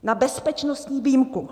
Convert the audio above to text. Na bezpečnostní výjimku!